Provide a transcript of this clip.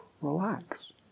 relax